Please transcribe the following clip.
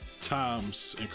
times